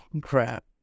crap